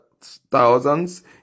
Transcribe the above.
thousands